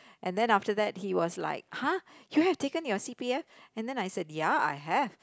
and then after that he was like !huh! you have taken your C_P_F and then I said ya I have